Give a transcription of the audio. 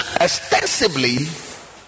extensively